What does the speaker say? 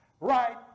right